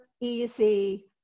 easy